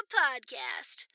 podcast